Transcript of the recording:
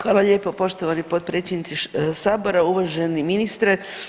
Hvala lijepo poštovani potpredsjedniče sabora, uvaženi ministre.